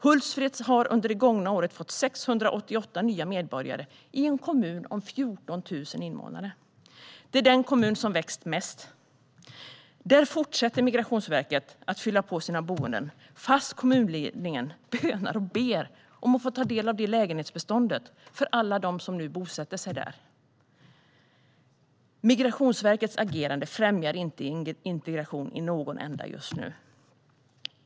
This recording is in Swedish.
Hultsfred har under det gångna året fått 688 nya medborgare - det är en kommun med 14 000 invånare. Det är den kommun som vuxit mest. Där fortsätter Migrationsverket att fylla på sina boenden trots att kommunledningen bönar och ber om att få ta del av lägenhetsbeståndet för alla dem som nu bosätter sig där. Migrationsverkets agerande främjar inte integration i någon ända just nu.